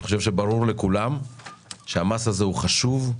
אני חושב שברור לכולם שהמס הזה הוא חשוב,